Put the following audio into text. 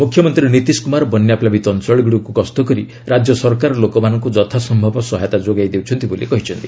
ମୁଖ୍ୟମନ୍ତ୍ରୀ ନୀତିଶ୍ କୁମାର ବନ୍ୟାପ୍ଲାବିତ ଅଞ୍ଚଳଗୁଡ଼ିକୁ ଗସ୍ତ କରି ରାଜ୍ୟ ସରକାର ଲୋକମାନଙ୍କୁ ଯଥାସ୍ୟବ ସହାୟତା ଯୋଗାଇ ଦେଉଛନ୍ତି ବୋଲି କହିଛନ୍ତି